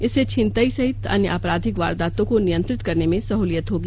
इससे छिनतई सहित अन्य आपराधिक वारदातों को नियंत्रित करने में सहलियत होगी